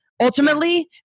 Ultimately